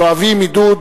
שואבים עידוד